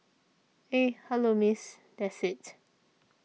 eh hello Miss that's it